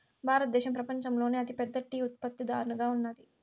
భారతదేశం పపంచంలోనే అతి పెద్ద టీ ఉత్పత్తి దారుగా ఉన్నాది